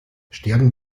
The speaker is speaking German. sterben